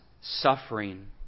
suffering